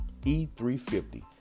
E350